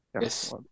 Yes